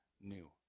new